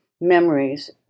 Memories